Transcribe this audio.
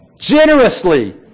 generously